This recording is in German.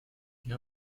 ihr